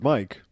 Mike